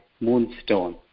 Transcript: Moonstone